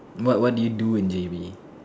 what what do you do in J_B